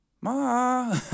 ma